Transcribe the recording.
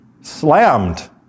slammed